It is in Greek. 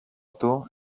του